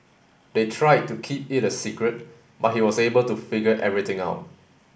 they tried to keep it a secret but he was able to figure everything out